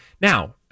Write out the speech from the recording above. Now